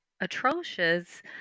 atrocious